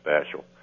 special